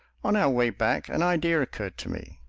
on our way back an idea occurred to me.